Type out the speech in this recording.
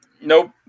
Nope